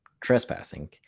trespassing